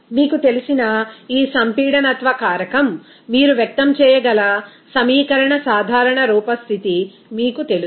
మీకు తెలిసిన ఈ సంపీడనత్వ కారకం మీరు వ్యక్తం చేయగల సమీకరణ సాధారణ రూప స్థితి మీకు తెలుసు